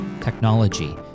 technology